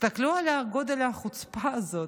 תסתכלו על גודל החוצפה הזאת.